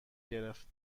گرفت